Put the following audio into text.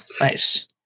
Nice